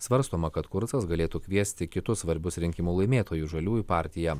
svarstoma kad kurcas galėtų kviesti kitus svarbius rinkimų laimėtojus žaliųjų partiją